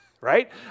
Right